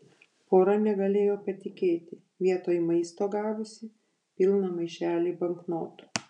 pora negalėjo patikėti vietoj maisto gavusi pilną maišelį banknotų